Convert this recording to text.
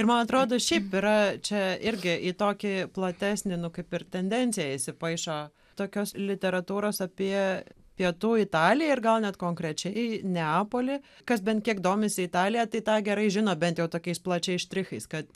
ir man atrodo šiaip yra čia irgi į tokį platesnį nu kaip ir tendenciją įsipaišo tokios literatūros apie pietų italiją ir gal net konkrečiai neapolį kas bent kiek domisi italija tai tą gerai žino bent jau tokiais plačiais štrichais kad